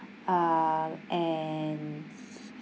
um and